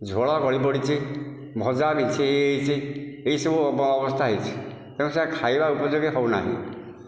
ଝୋଳ ଗଳିପଡ଼ିଛି ଭଜା ବିଛାଇ ହୋଇଯାଇଛି ଏଇସବୁ ଅବସ୍ଥା ହୋଇଛି ଖାଇବା ଉପଯୋଗୀ ହେଉନାହିଁ